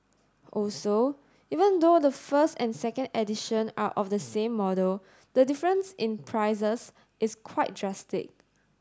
also even though the first and second edition are of the same model the difference in prices is quite drastic